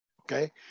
okay